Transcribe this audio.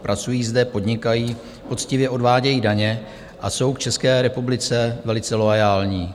Pracují zde, podnikají, poctivě odvádějí daně a jsou k České republice velice loajální.